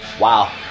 Wow